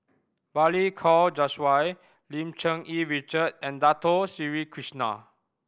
Balli Kaur Jaswal Lim Cherng Yih Richard and Dato Sri Krishna